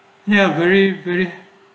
ya very very